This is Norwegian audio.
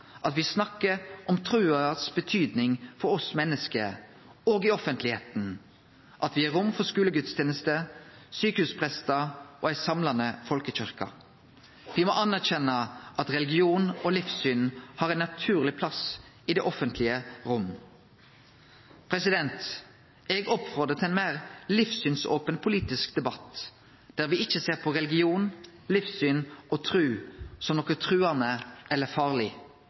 at me snakkar om kva trua betyr for oss menneske, òg i offentlegheita, at me gir rom for skulegudstenester, sjukehusprestar og ei samlande folkekyrkje. Me må anerkjenne at religion og livssyn har ein naturleg plass i det offentlege rommet. Eg oppmodar til ein meir livssynsopen politisk debatt der me ikkje ser på religion, livssyn og tru som noko truande eller farleg.